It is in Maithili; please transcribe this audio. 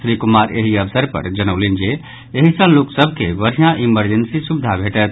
श्री कुमार एहि अवसर पर जनौलनि जे एहि सॅ लोक सभ के बढिया इमरजेंसी सुविधा भेटत